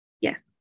Yes